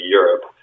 Europe